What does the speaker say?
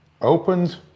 opens